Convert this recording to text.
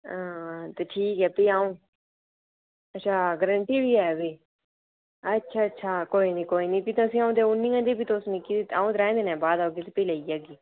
हां ठीक ठीक कोई नीं तुस कम्म टाइम लाइयै करेओ शैल होनी चाहिदी सक्रीन